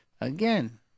again